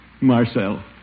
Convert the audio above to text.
Marcel